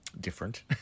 different